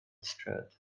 skirt